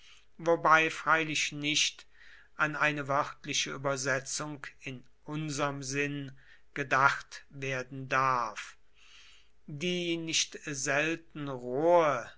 wobei freilich nicht an eine wörtliche übersetzung in unserm sinn gedacht werden darf die nicht selten rohe